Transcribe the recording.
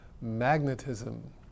magnetism